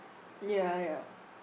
ya ya